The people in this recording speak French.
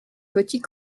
petit